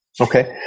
Okay